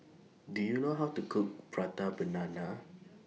Do YOU know How to Cook Prata Banana